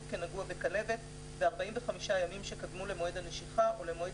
כנגוע בכלבת ב-45 הימים שקדמו למועד הנשיכה או למועד